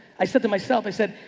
i said to myself, i said,